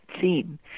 theme